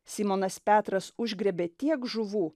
simonas petras užgriebė tiek žuvų